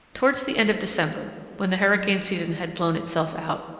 towards the end of december, when the hurricane season had blown itself out,